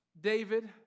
David